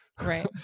right